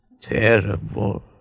Terrible